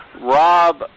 Rob